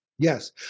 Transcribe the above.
Yes